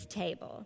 table